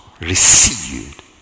received